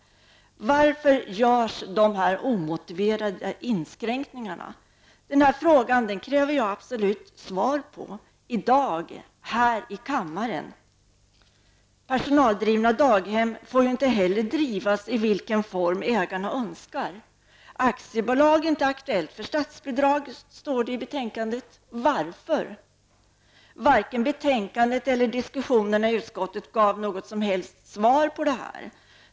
Varför görs dessa omotiverade inskränkningar? Jag kräver absolut ett svar på den här frågan -- i dag, här i kammaren. Personaldrivna daghem får inte heller alltid drivas i den form ägarna önskar. Aktiebolag är inte aktuella för statsbidrag, står det i betänkandet. Varför? Varken betänkandet eller diskussionerna i utskottet gav något som helst svar på detta.